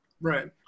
Right